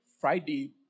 Friday